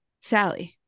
Sally